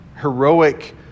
Heroic